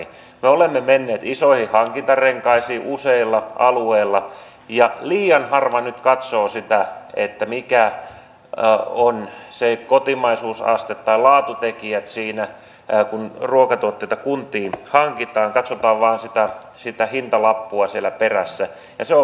me olemme menneet isoihin hankintarenkaisiin useilla alueilla ja liian harva nyt katsoo sitä mikä on se kotimaisuusaste tai laatutekijöitä siinä kun ruokatuotteita kuntiin hankitaan katsotaan vain sitä hintalappua siellä perässä ja se on väärä tie